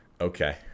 Okay